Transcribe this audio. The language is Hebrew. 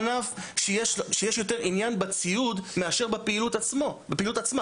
זה ענף שיש בו יותר עניין בציוד מאשר בפעילות עצמה.